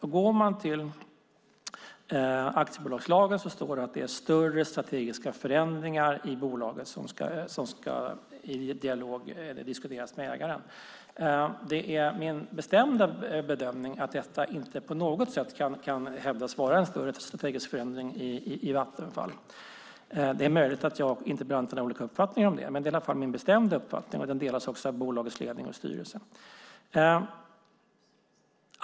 I aktiebolagslagen står det att större strategiska förändringar i bolaget ska diskuteras med ägaren. Det är min bestämda uppfattning att detta inte på något sätt kan hävdas vara en större strategisk förändring i Vattenfall. Det är möjligt att jag och interpellanten har olika uppfattning, men min uppfattning delas av bolagets ledning och styrelse.